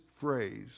phrase